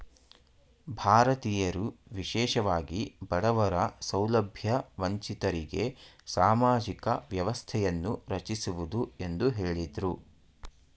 ಭಾರತೀಯರು ವಿಶೇಷವಾಗಿ ಬಡವರ ಸೌಲಭ್ಯ ವಂಚಿತರಿಗೆ ಸಾಮಾಜಿಕ ವ್ಯವಸ್ಥೆಯನ್ನು ರಚಿಸುವುದು ಎಂದು ಹೇಳಿದ್ರು